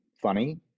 funny